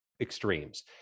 extremes